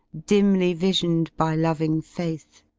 dimly visioned by loving faith